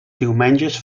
diumenges